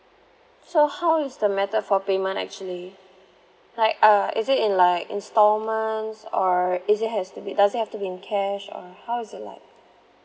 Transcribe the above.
so how is the method for payment actually like uh is it in like instalments or is it has to be it does it have to be in cash or how is it like